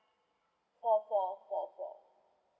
four four four four